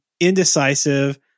indecisive